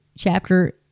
chapter